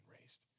raised